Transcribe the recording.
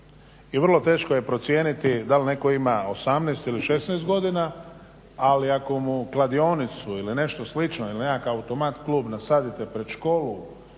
I vrlo teško je procijeniti dal netko ima 18 ili 16 godina, ali ako mu kladionicu ili nešto slično ili nekakav automat klub nasadite pred školu